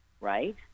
right